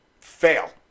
Fail